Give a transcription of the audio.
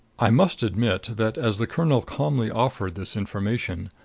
i must admit that, as the colonel calmly offered this information,